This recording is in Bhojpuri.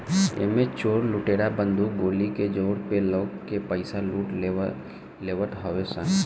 एमे चोर लुटेरा बंदूक गोली के जोर पे लोग के पईसा लूट लेवत हवे सन